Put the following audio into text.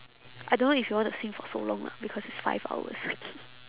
I don't know if you want to sing for so long lah because it's five hours